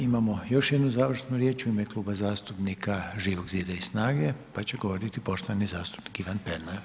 Imamo još jednu završnu riječ u ime Kluba zastupnika Živog zida i SNAGA-e pa će govoriti poštovani zastupnik Ivan Pernar.